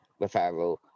referral